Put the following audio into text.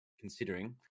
Considering